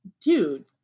dude